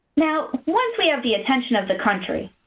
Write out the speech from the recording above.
now, once we have the attention of the country,